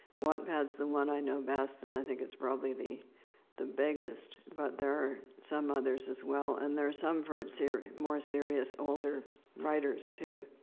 wattpad's the one i know best, and i think it's probably the the biggest, but there some others as well. and there are some for um serious more serious, older writers, too.